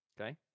okay